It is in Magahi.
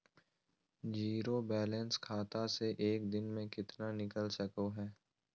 जीरो बायलैंस खाता से एक दिन में कितना निकाल सको है?